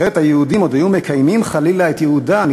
אחרת היהודים עוד היו מקיימים חלילה את ייעודם,